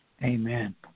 Amen